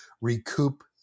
recoup